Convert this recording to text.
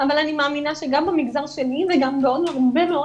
אבל אני מאמינה שגם במגזר שלי וגם בעוד הרבה מאוד